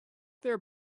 their